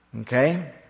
Okay